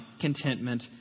contentment